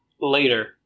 later